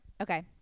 okay